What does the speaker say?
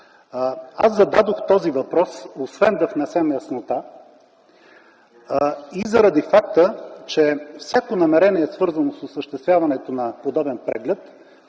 Аз зададох този въпрос, освен да внесем яснота, и заради факта, че всяко намерение, свързано с осъществяването на подобен преглед,